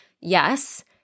Yes